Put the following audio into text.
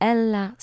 Ella